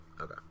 Okay